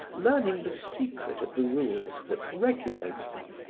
learning the secret of the rules that regulate them,